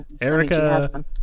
Erica